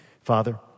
Father